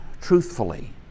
truthfully